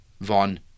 von